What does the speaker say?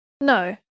No